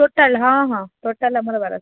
total ହଁ ହଁ total ଆମର ବାରଶହ